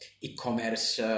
e-commerce